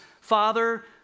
father